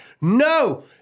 No